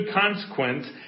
consequence